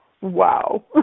Wow